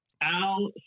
Al